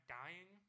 dying